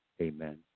Amen